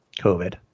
COVID